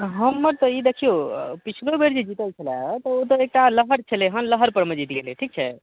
हमर तऽ ई देखिऔ पिछलो बेर जे ई जीतल छलै तऽ ओतऽ एकटा लहर छलै हँ लहर परमे जीत गेलै ठीक छै